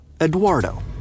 Eduardo